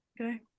Okay